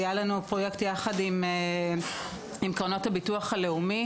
היה לנו פרויקט יחד עם קרנות הביטוח הלאומי,